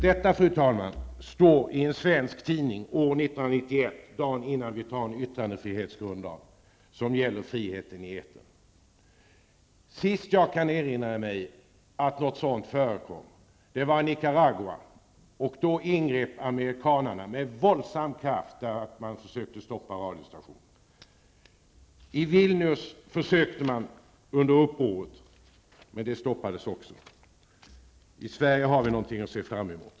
Detta, fru talman, står i en svensk tidning år 1991 samma dag som vi antar en yttrandefrihetsgrundlag som gäller friheten i etern. Sist något sådant förekom var, enligt vad jag kan erinra mig, i Nicaragua. Då ingrep amerikanarna med våldsam kraft, därför att man försökte stoppa radiostationen. I Vilnius försökte man under upproret, men det stoppades också. I Sverige har vi någonting att se fram emot.